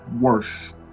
worse